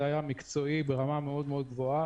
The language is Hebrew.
התהליך הזה היה מקצועי ברמה מאוד גבוהה.